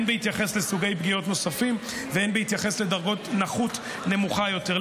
הן בהתייחס לסוגי פגיעות נוספים והן בהתייחס לדרגת נכות נמוכה יותר.